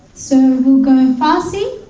so we'll go farsi,